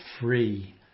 free